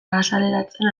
azaleratzen